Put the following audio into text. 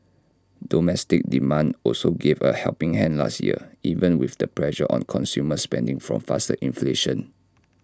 domestic demand also gave A helping hand last year even with the pressure on consumer spending from faster inflation